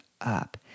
up